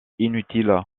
inutile